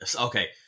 okay